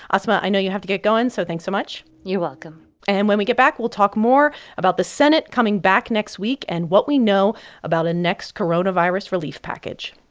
asma, i know you have to get going, so thanks so much you're welcome and when we get back, we'll talk more about the senate coming back next week and what we know about a next coronavirus relief package